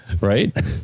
Right